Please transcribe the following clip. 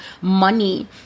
money